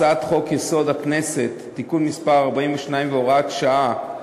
הצעת חוק-יסוד: הכנסת (תיקון מס' 42 והוראת שעה)